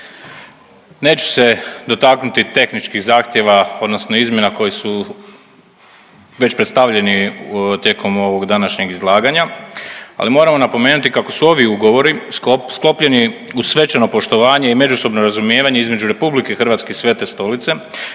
Neću se dotaknuti tehničkih zahtjeva odnosno izmjena koje su već predstavljeni tijekom ovog današnjeg izlaganja, ali moramo napomenuti kako su ovi ugovori sklopljeni uz svečano poštovanje i međusobno razumijevanje između RH i Svete Stolice,